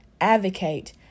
advocate